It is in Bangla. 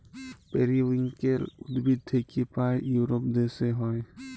পেরিউইঙ্কেল উদ্ভিদ থাক্যে পায় ইউরোপ দ্যাশে হ্যয়